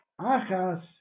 Achas